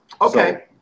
Okay